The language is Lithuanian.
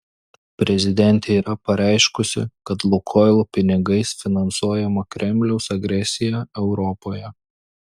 prezidentė yra pareiškusi kad lukoil pinigais finansuojama kremliaus agresija europoje